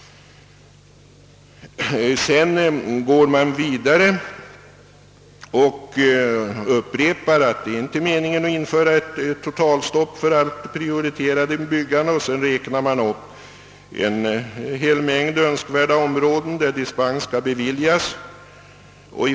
Man går vidare och upprepar att det inte är meningen att införa ett totalstopp för allt oprioriterat byggande och räknar sedan upp en hel mängd områden, där det anses önskvärt att dispens skall beviljas.